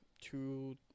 two